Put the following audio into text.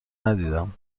ندیدم